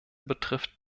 betrifft